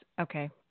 okay